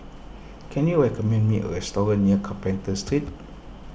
can you recommend me a restaurant near Carpenter Street